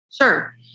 Sure